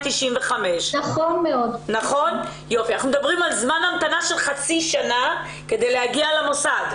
אנחנו מדברים על זמן המתנה של חצי שנה כדי להגיע למוסד.